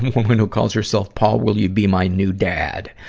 who and who calls herself paul, will you be my new dad.